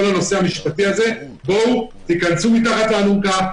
הנושא המשפטי הזה בואו תיכנסו מתחת לאלונקה,